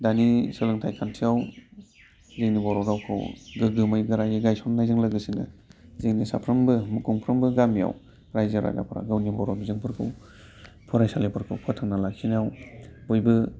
दानि सोलोंथाइ खान्थियाव जोंनि बर' रावखौ गोग्गोमै गोरायै गायसननायजों लोगोसेनो जोंनि साफ्रोमबो गंफ्रोमबो गामियाव रायजो राजाफोरा गावनि बर' बिजोंफोरखौ फरायसालिफोरखौ फोथांना लाखिनायाव बयबो